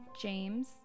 James